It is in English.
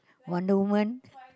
Wonder Woman